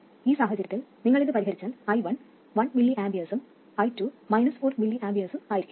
ഈ സാഹചര്യത്തിൽ നിങ്ങൾ ഇത് പരിഹരിച്ചാൽ i1 1 mA ഉം i2 4 mA ഉം ആയിരിക്കും